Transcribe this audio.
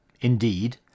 Indeed